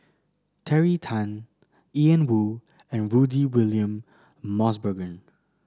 Terry Tan Ian Woo and Rudy William Mosbergen